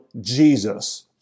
Jesus